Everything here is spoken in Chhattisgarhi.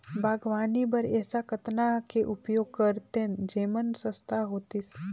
बागवानी बर ऐसा कतना के उपयोग करतेन जेमन सस्ता होतीस?